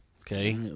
Okay